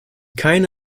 keine